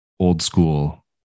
old-school